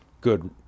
good